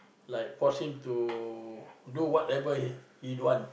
like force him to do whatever he don't want